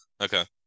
Okay